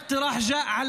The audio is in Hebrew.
ובעיקר בעניין